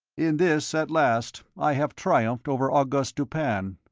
in this, at last, i have triumphed over auguste dupin.